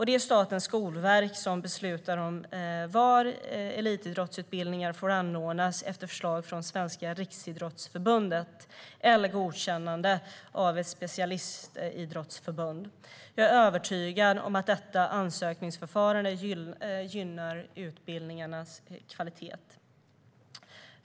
Det är Statens skolverk som beslutar om var elitidrottsutbildningar får anordnas efter förslag från Svenska Riksidrottsförbundet eller godkännande av ett specialidrottsförbund. Jag är övertygad om att detta ansökningsförfarande gynnar utbildningarnas kvalitet.